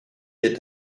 est